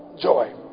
joy